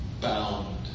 bound